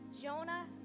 Jonah